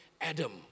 Adam